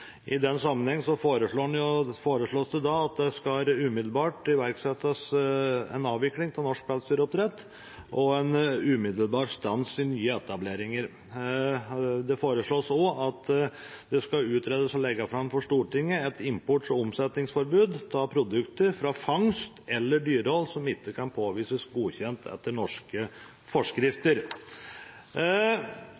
I den sammenheng foreslås det at det umiddelbart skal iverksettes en avvikling av norsk pelsdyroppdrett og en umiddelbar stans i nye etableringer. Det foreslås også at det skal utredes og legges fram for Stortinget et import- og omsetningsforbud av produkter fra fangst eller dyrehold som ikke kan påvises godkjent etter norske forskrifter.